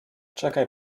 czekaj